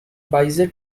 bezier